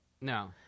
No